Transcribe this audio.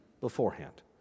beforehand